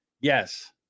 Yes